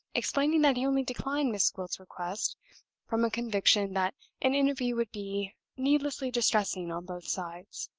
explaining that he only declined miss gwilt's request from a conviction that an interview would be needlessly distressing on both sides.